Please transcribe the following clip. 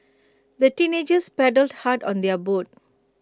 the teenagers paddled hard on their boat